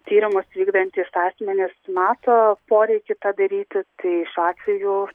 tyrimus vykdantys asmenys mato poreikį tą daryti tai šiuo atveju